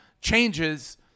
changes